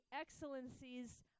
excellencies